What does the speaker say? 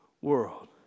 world